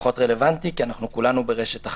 פחות רלוונטי, כי אנחנו כולנו ברשת אחת.